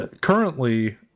currently